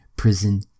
prison